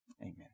amen